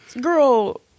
girl